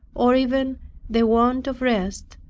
or even the want of rest,